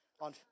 on